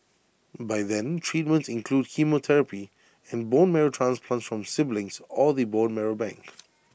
by then treatments include chemotherapy and bone marrow transplants from siblings or the bone marrow bank